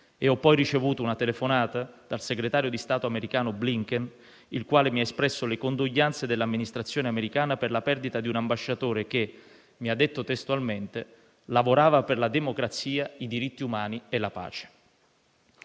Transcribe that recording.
ho poi ricevuto una telefonata dal segretario di Stato americano Blinken, il quale mi ha espresso le condoglianze dell'amministrazione americana per la perdita di un ambasciatore che - mi ha detto testualmente - «lavorava per la democrazia, i diritti umani e la pace».